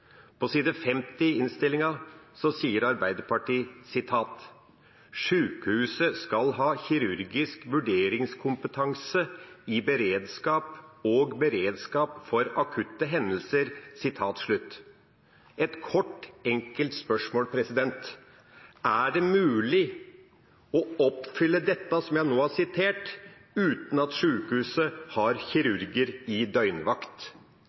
På side 50 i innstillinga sier Arbeiderpartiet: «Sjukehuset skal ha kirurgisk vurderingskompetanse i beredskap og beredskap for akutte hendelser.» Et kort, enkelt spørsmål: Er det mulig å oppfylle dette som jeg nå har sitert, uten at sjukehuset har kirurger i døgnvakt?